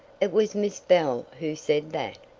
it was miss bell who said that.